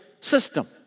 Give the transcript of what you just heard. system